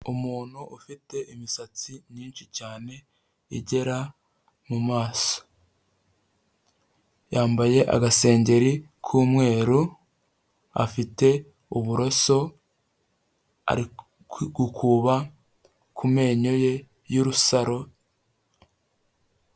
Umuntu ufite imisatsi myinshi cyane, igera mu maso, yambaye agasengeri k'umweru, afite uburoso, ari gukuba ku menyo ye, y'urusaro.